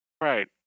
Right